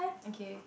okay